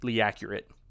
accurate